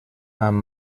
amb